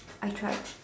I cried